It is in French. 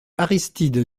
aristide